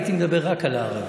הייתי מדבר רק על הערבים.